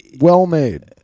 Well-made